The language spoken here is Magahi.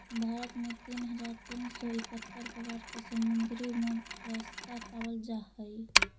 भारत में तीन हज़ार तीन सौ इकहत्तर प्रकार के समुद्री मोलस्का पाबल जा हई